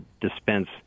dispense –